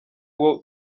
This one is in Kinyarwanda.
uwo